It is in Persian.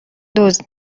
دزد